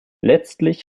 letztlich